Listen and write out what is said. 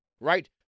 right